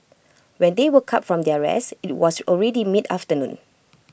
when they woke up from their rest IT was already mid afternoon